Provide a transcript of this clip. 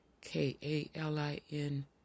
K-A-L-I-N